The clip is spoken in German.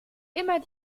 immer